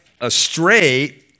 astray